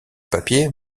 papier